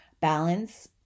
balance